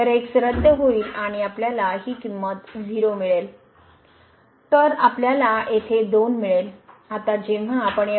तर x रद्द होईल आणि आपल्याला ही व्हॅल्यू 0 मिळेल तर आपल्याला येथे 2 मिळेल